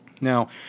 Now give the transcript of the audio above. now